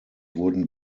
wurden